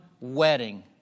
wedding